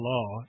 Law